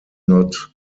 not